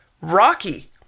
Rocky